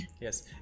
Yes